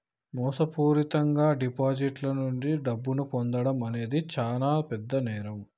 మోసపూరితంగా డిపాజిటర్ల నుండి డబ్బును పొందడం అనేది చానా పెద్ద నేరం